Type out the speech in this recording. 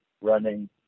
running